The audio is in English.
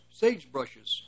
sagebrushes